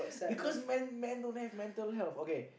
because men men men don't have mental health okay